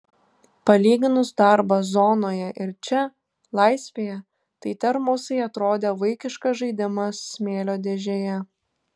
palyginus darbą zonoje ir čia laisvėje tai termosai atrodė vaikiškas žaidimas smėlio dėžėje